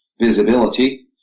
visibility